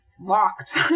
locked